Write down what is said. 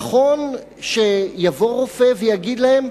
נכון שיבוא רופא ויגיד להם: